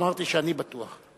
אמרתי שאני בטוח.